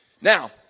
Now